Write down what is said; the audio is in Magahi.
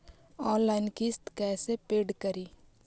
ऑनलाइन किस्त कैसे पेड करि?